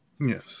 Yes